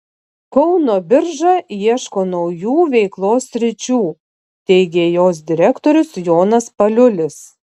kauno birža ieško naujų veiklos sričių teigė jos direktorius jonas paliulis